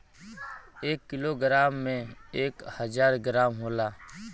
एक kilogram में एक हजार ग्राम होला